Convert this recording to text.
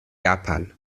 japan